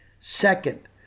Second